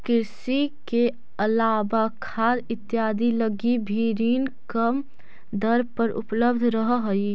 कृषि के अलावा खाद इत्यादि लगी भी ऋण कम दर पर उपलब्ध रहऽ हइ